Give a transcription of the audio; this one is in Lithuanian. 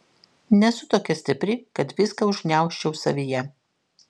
nesu tokia stipri kad viską užgniaužčiau savyje